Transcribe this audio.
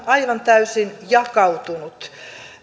aivan täysin jakautunut